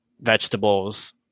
vegetables